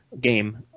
game